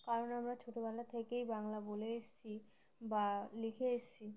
কারণ আমরা ছোটবেলা থেকেই বাংলা বলে এসেছি বা লিখে এসেছি